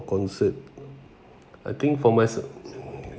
concert I think for myself